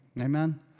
Amen